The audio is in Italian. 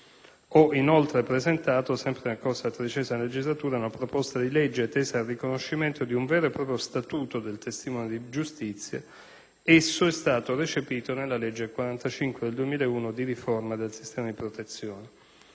Ho inoltre presentato, sempre nel corso della XIII legislatura, una proposta di legge tesa al riconoscimento di un vero e proprio statuto del testimone di giustizia: esso è stato recepito nella legge n. 45 del 2001 di riforma del sistema di protezione.